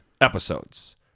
episodes